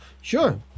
Sure